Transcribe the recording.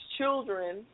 children